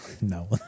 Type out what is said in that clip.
No